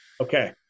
Okay